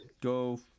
go